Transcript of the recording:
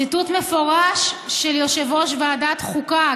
ציטוט מפורש של יושב-ראש ועדת חוקה,